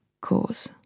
cause